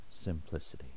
simplicity